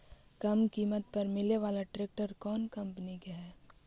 कम किमत पर मिले बाला ट्रैक्टर कौन कंपनी के है?